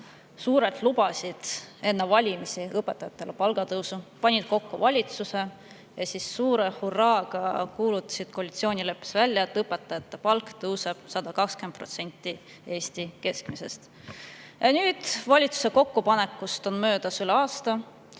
ja Eesti 200 enne valimisi lubasid õpetajatele palgatõusu, panid kokku valitsuse ja siis suure hurraaga kuulutasid koalitsioonileppes välja, et õpetajate palk tõuseb 120%‑ni Eesti keskmisest. Ja nüüd, kui valitsuse kokkupanekust on möödas üle aasta